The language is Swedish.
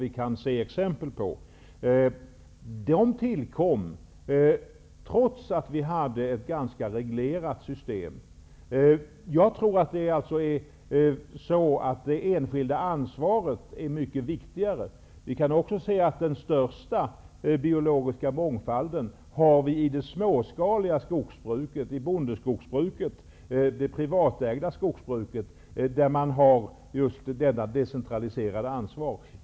Skador uppstod trots att vi hade ett ganska reglerat system. Jag tror alltså att det enskilda ansvaret är mycket viktigare. Vi kan säga att den största biologiska mångfalden har vi i det småskaliga skogsbruket, bondeskogsbruket, det privatägda skogsbruket, där man har decentraliserat ansvar.